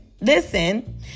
listen